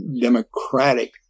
democratic